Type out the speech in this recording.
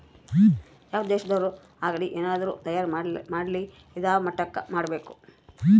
ಯಾವ್ ದೇಶದೊರ್ ಆಗಲಿ ಏನಾದ್ರೂ ತಯಾರ ಮಾಡ್ಲಿ ಇದಾ ಮಟ್ಟಕ್ ಮಾಡ್ಬೇಕು